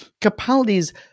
Capaldi's